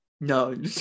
no